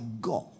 God